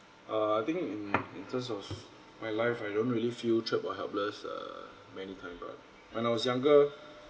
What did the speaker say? err I think in in terms of my life I don't really feel trapped or helpless err many time but when I was younger